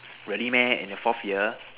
really meh and the fourth year